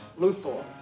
Luthor